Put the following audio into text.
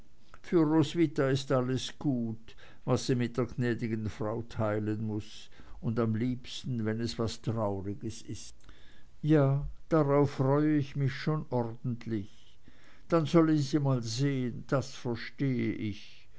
für roswitha ist alles gut was sie mit der gnädigen frau teilen muß und am liebsten wenn es was trauriges ist ja darauf freue ich mich schon ordentlich dann sollen sie mal sehen das verstehe ich